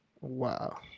Wow